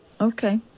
Okay